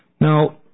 Now